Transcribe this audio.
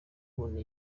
muntu